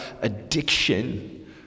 addiction